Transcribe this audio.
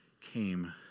came